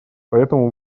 поэтому